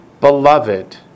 Beloved